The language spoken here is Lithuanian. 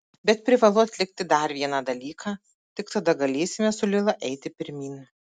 bet privalau atlikti dar vieną dalyką tik tada galėsime su lila eiti pirmyn